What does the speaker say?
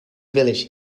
village